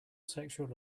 sexual